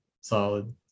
solid